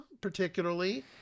particularly